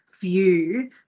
view